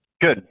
Good